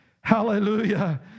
Hallelujah